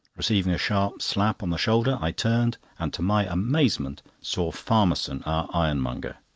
receiving a sharp slap on the shoulder, i turned, and, to my amazement, saw farmerson, our ironmonger.